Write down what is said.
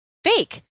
Fake